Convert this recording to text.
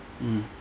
mm